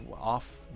off